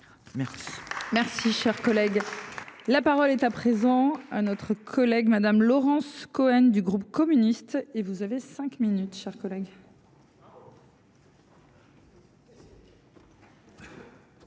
Merci. Merci cher collègue. La parole est à présent un notre collègue Madame Laurence Cohen du groupe communiste et vous avez 5 minutes, chers collègues.